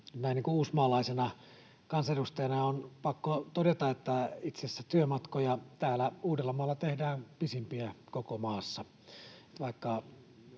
Näin uusimaalaisena kansanedustajana on pakko todeta, että itse asiassa täällä Uudellamaalla tehdään pisimpiä työmatkoja